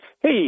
Hey